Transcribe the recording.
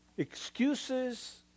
excuses